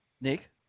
Nick